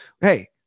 Hey